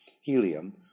helium